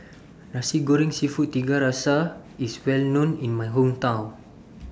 Nasi Goreng Seafood Tiga Rasa IS Well known in My Hometown